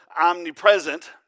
omnipresent